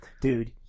dude